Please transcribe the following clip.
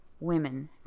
women